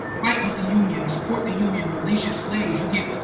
fight with the union or support the union and release your slaves, you get